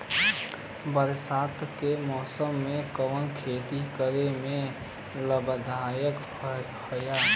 बरसात के मौसम में कवन खेती करे में लाभदायक होयी?